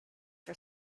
for